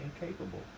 incapable